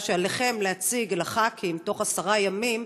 שעליכם להציג לחברי הכנסת בתוך עשרה ימים